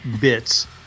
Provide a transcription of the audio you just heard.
bits